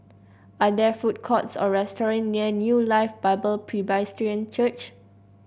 are there food courts or restaurants near New Life Bible Presbyterian Church